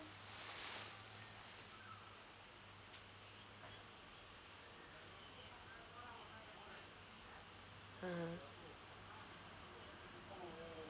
mm